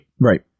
Right